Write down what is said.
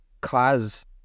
cause